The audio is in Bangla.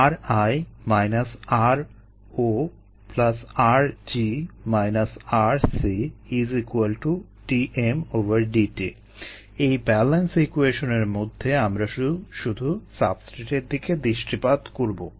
ri ro rg rc d dt এই ব্যালেন্স ইকুয়েশনের মধ্যে আমরা শুধু সাবস্ট্রেটের দিকে দৃষ্টিপাত করবো